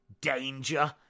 danger